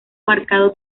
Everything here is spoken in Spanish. marcado